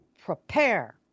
prepare